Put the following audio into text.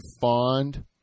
fond